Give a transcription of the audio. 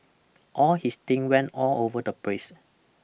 all his thing went all over the place